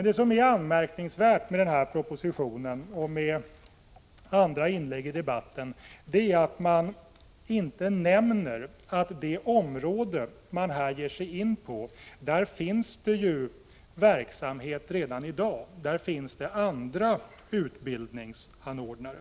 Det som är anmärkningsvärt med denna proposition och med inläggen i debatten är att det inte har nämnts att det på det område som man här ger sig in på redan i dag finns verksamheter och andra utbildningsanordnare.